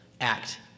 act